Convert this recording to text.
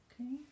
okay